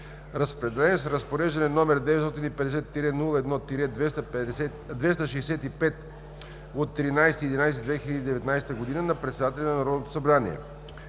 разпределен с Разпореждане № 950-01-265/13.11.2019 г. на председателя на Народното събрание.